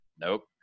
Nope